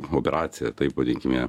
hogracija taip vadinkim ją